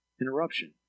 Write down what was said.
interruption